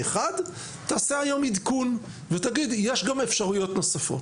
תעשה היום עדכון ותגיד שיש גם אפשרויות נוספות.